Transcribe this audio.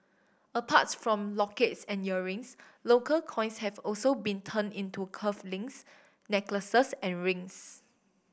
apart from lockets and earrings local coins have also been turned into cuff links necklaces and rings